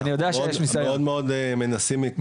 אנחנו מאוד מנסים,